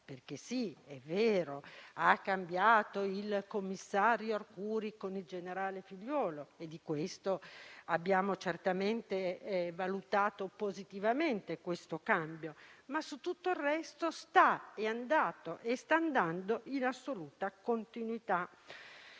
vero che ha sostituito il commissario Arcuri con il generale Figliulo e abbiamo certamente valutato positivamente questo cambio, ma su tutto il resto è andato e sta andando in assoluta continuità.